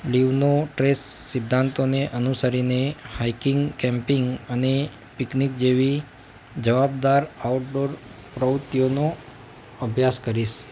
leave no trace સિંદ્ધાંતોને અનુસરીને hiking camping અને પિકનિક જેવી જવાબદાર આઉટડોર પ્રવૃત્તિઓનો અભ્યાસ કરીશ